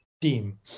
team